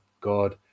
God